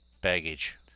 baggage